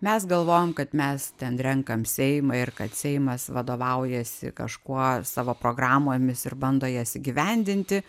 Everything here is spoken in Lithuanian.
mes galvojam kad mes ten renkam seimą ir kad seimas vadovaujasi kažkuo savo programomis ir bando jas įgyvendinti